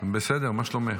בסדר, מה שלומך?